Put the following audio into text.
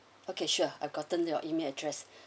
okay sure I've gotten your email address